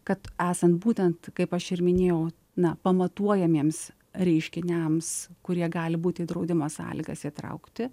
kad esant būtent kaip aš ir minėjau na pamatuojamiems reiškiniams kurie gali būt į draudimo sąlygas įtraukti